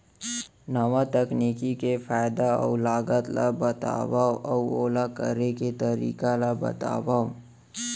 नवा तकनीक के फायदा अऊ लागत ला बतावव अऊ ओला करे के तरीका ला बतावव?